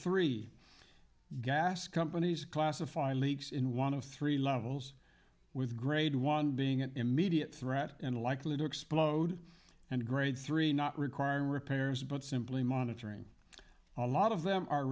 three gas companies classify leaks in one of three levels with grade one being an immediate threat and likely to explode and grade three not requiring repairs but simply monitoring a lot of them are